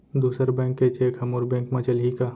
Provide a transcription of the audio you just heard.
दूसर बैंक के चेक ह मोर बैंक म चलही का?